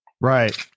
Right